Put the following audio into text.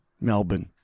Melbourne